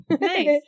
Nice